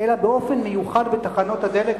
אלא באופן מיוחד בתחנות הדלק,